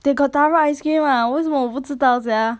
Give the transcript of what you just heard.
they gotta taro ice cream ah 为什么我不知道 sia